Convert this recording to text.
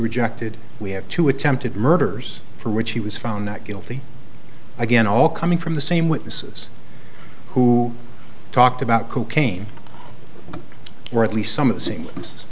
rejected we have two attempted murders for which he was found not guilty again all coming from the same witnesses who talked about cocaine or at least some